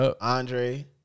Andre